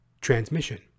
transmission